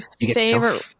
favorite